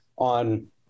on